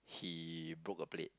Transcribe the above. he broke a plate